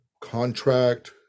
contract